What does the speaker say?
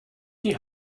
die